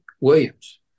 Williams